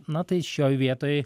na tai šioj vietoj